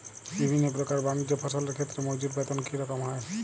বিভিন্ন প্রকার বানিজ্য ফসলের ক্ষেত্রে মজুর বেতন কী রকম হয়?